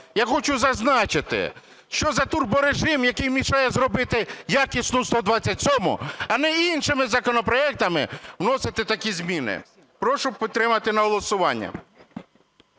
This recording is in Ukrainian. Я хочу зазначити: що за турборежим, який мішає зробити якісну 127-у, а не іншими законопроектами вносити такі зміни? Прошу підтримати голосуванням.